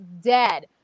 dead